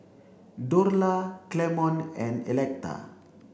Dorla Clemon and Electa